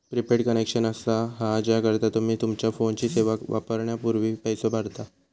prepaid connection असा हा ज्याकरता तुम्ही तुमच्यो फोनची सेवा वापरण्यापूर्वी पैसो भरता